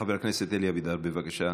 חבר הכנסת אלי אבידר, בבקשה.